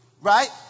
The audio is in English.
right